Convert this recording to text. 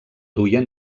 duia